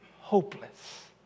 hopeless